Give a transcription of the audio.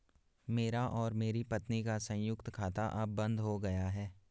मेरा और मेरी पत्नी का संयुक्त खाता अब बंद हो गया है